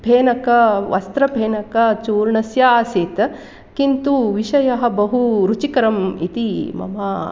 फेनकम् वस्त्रफेनकचूर्णस्य आसीत् किन्तु विषयः बहु रुचिकरम् इति मम